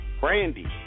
Brandy